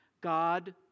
God